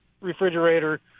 refrigerator